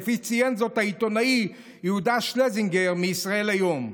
כפי שציין זאת העיתונאי יהודה שלזינגר מישראל היום: